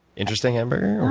interesting hamburger?